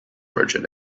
merchant